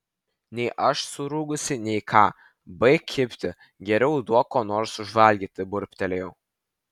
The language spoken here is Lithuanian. nei aš surūgusi nei ką baik kibti geriau duok ko nors užvalgyti burbtelėjau